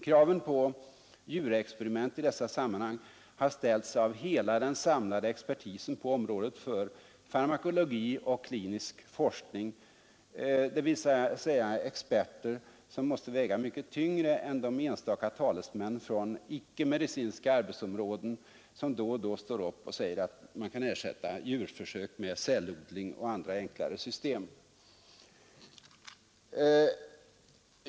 Kraven på djurexperiment i dessa sammanhang har ställts av hela den samlade expertisen på områdena farmakologi och klinisk forskning, dvs. experter som måste väga mycket tyngre än de enstaka talesmän från icke-medicinska arbetsområden som då och då står upp och säger att man skall ersätta djurförsök med cellodling och andra enklare system.